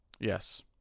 yes